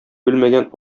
белмәгән